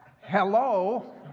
Hello